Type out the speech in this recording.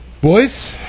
boys